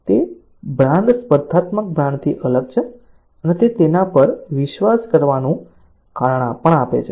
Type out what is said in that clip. તે બ્રાન્ડ સ્પર્ધાત્મક બ્રાન્ડથી અલગ છે અને તે તેના પર વિશ્વાસ કરવાનું કારણ પણ આપે છે